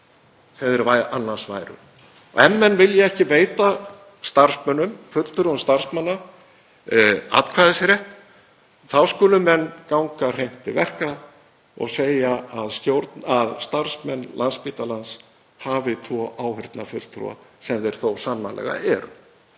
sem þeir annars væru. Ef menn vilja ekki veita starfsmönnum, fulltrúum starfsmanna, atkvæðisrétt þá skulu menn ganga hreint til verka og segja að starfsmenn Landspítalans hafi tvo áheyrnarfulltrúa sem þeir þá sannarlega eru.